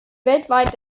weltweit